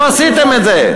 לא עשיתם את זה.